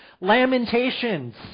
Lamentations